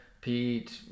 Pete